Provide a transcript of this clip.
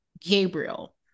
Gabriel